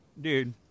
Dude